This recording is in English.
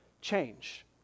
change